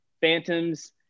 phantoms